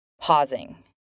pausing